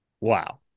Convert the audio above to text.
Wow